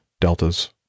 Delta's